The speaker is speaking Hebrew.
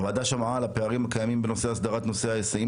הוועדה שמעה על הפערים הקיימים בנושא הסדרת נושא ההיסעים